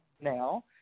now